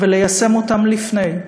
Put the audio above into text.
וליישם אותם לפני,